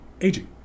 aging